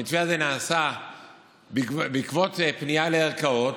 והמתווה הזה נעשה בעקבות פנייה לערכאות,